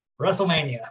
WrestleMania